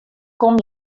kom